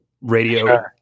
radio